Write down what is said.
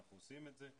ואנחנו עושים את זה,